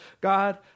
God